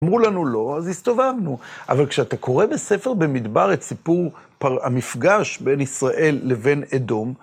אמרו לנו לא, אז הסתובבנו, אבל כשאתה קורא בספר במדבר את סיפור המפגש בין ישראל לבין אדום,